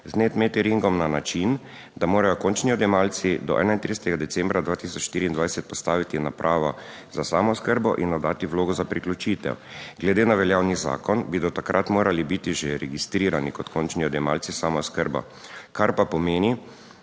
z NET meteringom na način, da morajo končni odjemalci do 31. decembra 2024 postaviti napravo za samooskrbo in oddati vlogo za priključitev glede na veljavni zakon bi do takrat morali biti že registrirani kot končni odjemalci. Samooskrbo, kar pa pomeni,